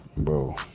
Bro